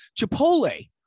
Chipotle